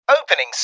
Opening